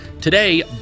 Today